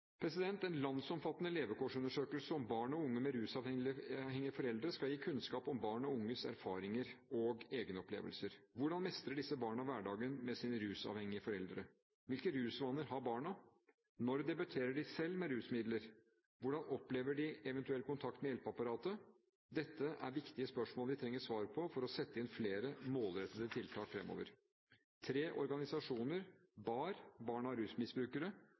En landsomfattende levekårsundersøkelse om barn og unge med rusavhengige foreldre skal gi kunnskap om barn og unges erfaringer og egenopplevelser. Hvordan mestrer disse barna hverdagen med sine rusavhengige foreldre? Hvilke rusvaner har barna? Når debuterer de selv med rusmidler? Hvordan opplever de eventuell kontakt med hjelpeapparatet? Dette er viktige spørsmål vi trenger svar på for å sette inn flere målrettede tiltak fremover. Tre organisasjoner, BAR – Barn av rusmisbrukere